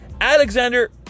Alexander